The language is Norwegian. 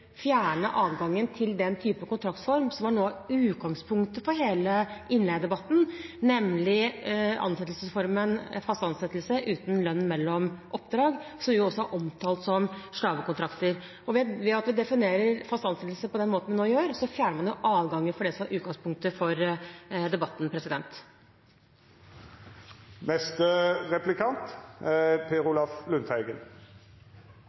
fjerne adgangen til den typen kontraktsform som var noe av utgangspunktet for hele innleiedebatten, nemlig ansettelsesformen fast ansettelse uten lønn mellom oppdrag, som jo også er omtalt som slavekontrakter. Ved at vi definerer fast ansettelse på den måten vi nå gjør, fjerner vi den adgangen som var utgangspunktet for debatten. Senterpartiet er veldig glad for at statsråden er